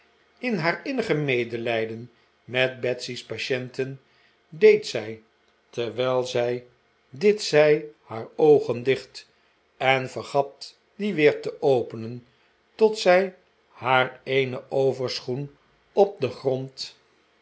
in haar innige medelijden met betsy's patienten deed zij terwijl zij dit zei haar oogen dicht en vergat die weer te openeh tot zij haar eenen overschoen op den grond